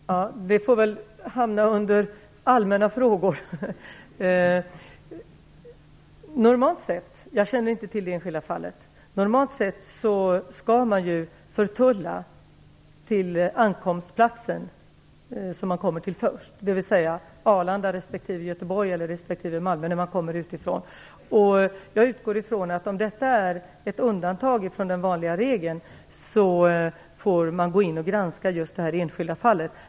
Herr talman! Detta får väl hamna under allmänna frågor. Jag känner inte till det enskilda fallet. Normalt sett skall man ju förtulla på den ankomstplats som man först kommer till, dvs. Arlanda, Landvetter eller Bulltofta, när man kommer utifrån. Jag utgår från att om detta är ett undantag från den vanliga regeln, får man granska just detta enskilda fall.